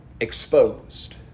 exposed